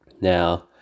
Now